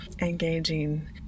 engaging